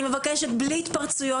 אני מבקשת בלי התפרצויות.